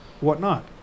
whatnot